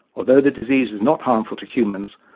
although the disease is not harmful to humans,